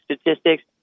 statistics